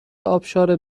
ابشار